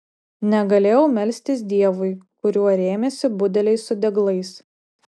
negalėjau melstis dievui kuriuo rėmėsi budeliai su deglais